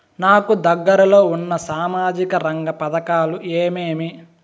నాకు దగ్గర లో ఉన్న సామాజిక రంగ పథకాలు ఏమేమీ?